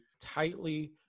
tightly